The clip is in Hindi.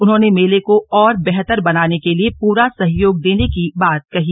उन्होंने मेले को और बेहतर बनाने के लिए पूरा सहयोग देने की बात कही